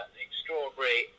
extraordinary